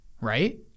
Right